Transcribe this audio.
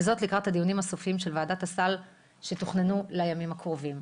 וזאת לקראת הדיונים הסופיים של ועדת הסל שתוכננו לימים הקרובים.